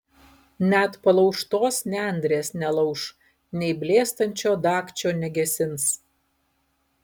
net palaužtos nendrės nelauš nei blėstančio dagčio negesins